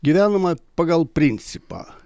gyvenama pagal principą